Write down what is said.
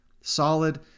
solid